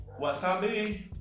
wasabi